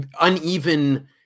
uneven